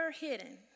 hidden